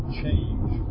change